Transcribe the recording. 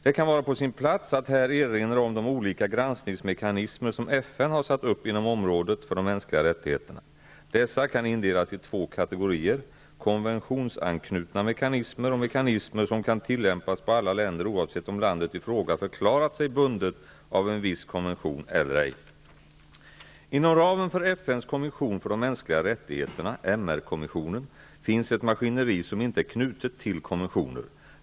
Det kan vara på sin plats att här erinra om de olika granskningsmekanismer som FN har satt upp inom området för de mänskliga rättigheterna. Dessa kan indelas i två kategorier: konventionsanknutna mekanismer och mekanismer som kan tillämpas på alla länder oavsett om landet i fråga förklarat sig bundet av en viss konvention eller ej. Inom ramen för FN:s kommission för de mänskliga rättigheterna finns ett maskineri som inte är knutet till konventioner.